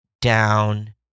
down